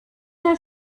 der